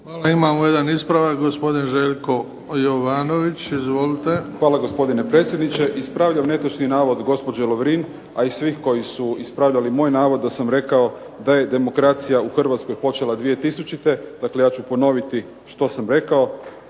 Hvala. Imamo jedan ispravak, gospodin Željko Jovanović. Izvolite. **Jovanović, Željko (SDP)** Hvala gospodine predsjedniče. Ispravljam netočni navod gospođe Lovrin, a i svih koji su ispravljali moj navod da sam rekao da je demokracija u Hrvatskoj počela 2000. Dakle, ja ću ponoviti što sam rekao.